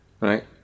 Right